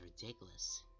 ridiculous